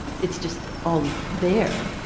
it's just all there.